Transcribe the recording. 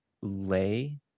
lay